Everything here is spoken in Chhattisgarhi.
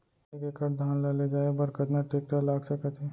एक एकड़ धान ल ले जाये बर कतना टेकटर लाग सकत हे?